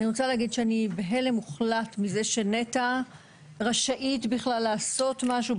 אני רוצה להגיד שאני בהלם מוחלט מזה שנת"ע רשאית בכלל לעשות משהו,